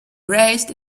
raced